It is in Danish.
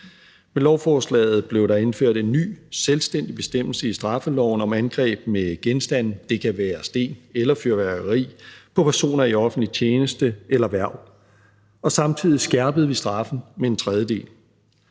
Med lovforslaget blev der indført en ny selvstændig bestemmelse i straffeloven om angreb med genstande – det kan være sten eller fyrværkeri – på personer i offentlig tjeneste eller hverv. Samtidig skærpede vi straffen med en tredjedel.